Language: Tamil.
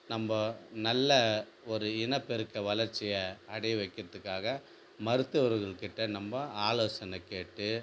நம்ம நல்ல ஒரு இனப்பெருக்க வளர்ச்சியை அடைய வைக்ககிறதுக்காக மருத்துவர்கள்கிட்ட நம்ம ஆலோசனை கேட்டு